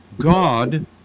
God